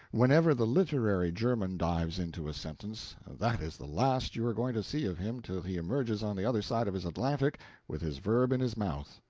whenever the literary german dives into a sentence, that is the last you are going to see of him till he emerges on the other side of his atlantic with his verb in his mouth.